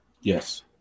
Yes